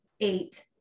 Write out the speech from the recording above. eight